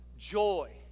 Joy